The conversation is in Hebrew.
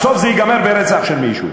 בסוף זה ייגמר ברצח של מישהו.